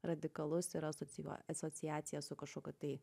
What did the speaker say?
radikalus ir asocijuo asociacija su kažkokiu tai